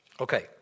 Okay